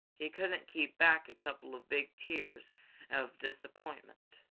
he couldn't keep back a couple of big tears of disappointment.